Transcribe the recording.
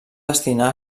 destinar